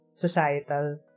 societal